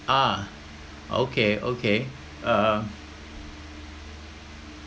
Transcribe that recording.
ah okay okay um